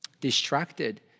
distracted